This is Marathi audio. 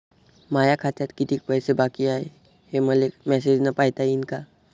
माया खात्यात कितीक पैसे बाकी हाय, हे मले मॅसेजन पायता येईन का?